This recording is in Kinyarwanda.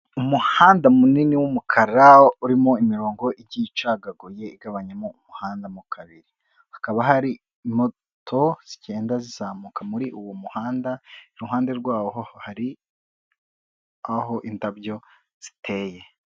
Umuhanda munini wumukara ,urimo imirongo igiye icagaguye igabanyamo umuhanda mo kabiri ,hakaba hari moto zigenda zizamuka muri uwo muhanda, iruhande rwaho hari aho indabyo ziteye.